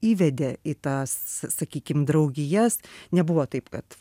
įvedė į tas sakykim draugijas nebuvo taip kad